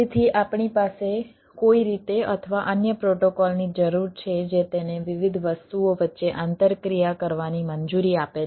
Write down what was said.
તેથી આપણી પાસે કોઈ રીતે અથવા અન્ય પ્રોટોકોલની જરૂર છે જે તેને વિવિધ વસ્તુઓ વચ્ચે આંતરક્રિયા કરવાની મંજૂરી આપે છે